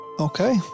okay